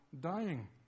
dying